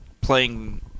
playing